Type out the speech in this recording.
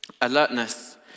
alertness